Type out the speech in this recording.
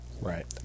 Right